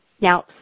Now